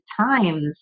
times